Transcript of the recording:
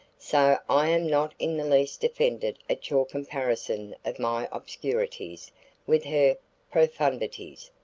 so i am not in the least offended at your comparison of my obscurities with her profundities.